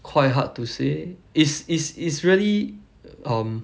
quite hard to say is is is really um